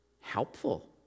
helpful